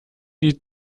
die